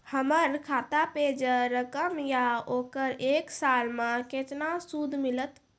हमर खाता पे जे रकम या ओकर एक साल मे केतना सूद मिलत?